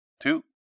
two